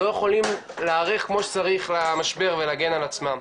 לא יכולים להיערך כמו שצריך למשבר ולהגן על עצמם.